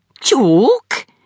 Joke